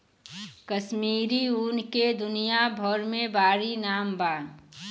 कश्मीरी ऊन के दुनिया भर मे बाड़ी नाम बा